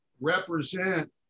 represent